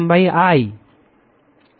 তাই H Fm l